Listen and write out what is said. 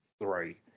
three